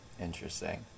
Interesting